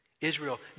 Israel